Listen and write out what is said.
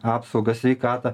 apsaugą sveikatą